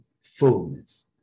fullness